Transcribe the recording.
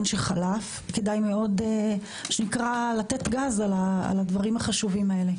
שחלף כדאי מאוד לתת גז על הדברים החשובים האלה.